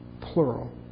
plural